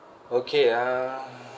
okay uh